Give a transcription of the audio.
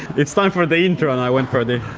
it's time for the intro and i went for the.